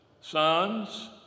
sons